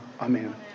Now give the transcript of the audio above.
Amen